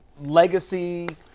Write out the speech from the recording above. legacy